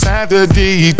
Saturday